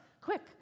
Quick